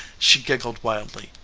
she giggled wildly.